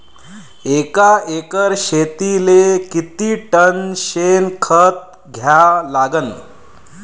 एका एकर शेतीले किती टन शेन खत द्या लागन?